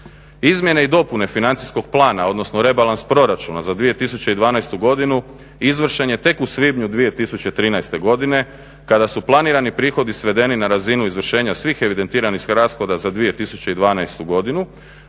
Izmjene i dopune financijskog plana, odnosno rebalans proračuna za 2012. godinu izvršen je tek u svibnju 2013. godine kada su planirani prihodi svedeni na razinu izvršenja svih evidentiranih rashoda za 2012. godinu,